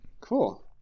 Cool